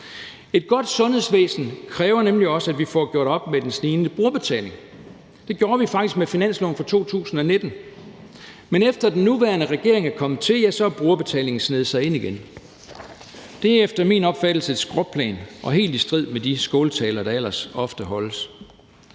Et godt sundhedsvæsen kræver nemlig også, at vi får gjort op med den snigende brugerbetaling. Det gjorde vi faktisk med finansloven for 2019, men efter den nuværende regering er kommet til, ja, så har brugerbetalingen sneget sig ind igen. Det er efter min opfattelse et skråplan og helt i strid med de skåltaler, der ellers ofte holdes.